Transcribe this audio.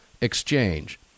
Exchange